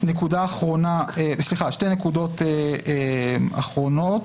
שתי נקודות אחרונות: